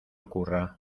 ocurra